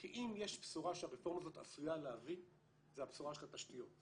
כי אם יש בשורה שהרפורמה הזאת עשויה להביא זו הבשורה של התשתיות.